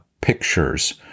pictures